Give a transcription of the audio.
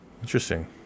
Interesting